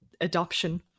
adoption